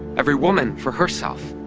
every woman for herself,